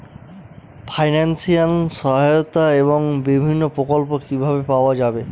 Financial সহায়তা এবং বিভিন্ন প্রকল্প কিভাবে পাওয়া যাবে?